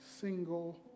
single